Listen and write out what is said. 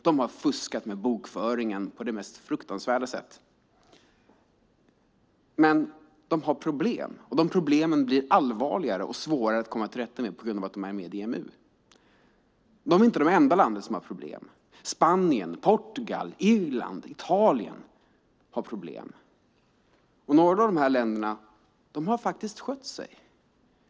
De har fuskat med bokföringen på det mest fruktansvärda sätt. Men de har problem, och de problemen blir allvarligare och svårare att komma till rätta med på grund av att de är med i EMU. Grekland är inte det enda landet som har problem. Spanien, Portugal, Irland och Italien har problem. Några av de här länderna har faktiskt skött sig.